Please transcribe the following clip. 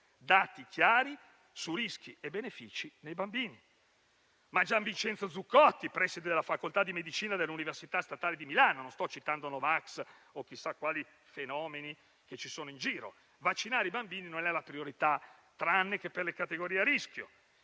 dati chiari su rischi e benefici nei bambini. Gian Vincenzo Zuccotti, preside della facoltà di medicina dell'università statale di Milano - non sto citando no vax o chissà quali fenomeni che ci sono in giro - dice che vaccinare i bambini non è la priorità, tranne che per le categorie a rischio.